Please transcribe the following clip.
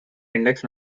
index